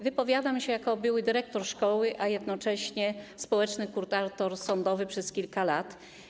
Wypowiadam się jako były dyrektor szkoły, a jednocześnie społeczny kurator sądowy przez kilka lat.